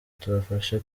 tubafashe